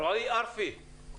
רועי ארפי.